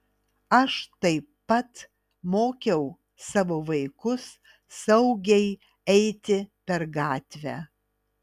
aš taip pat mokiau savo vaikus saugiai eiti per gatvę